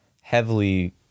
heavily